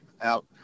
out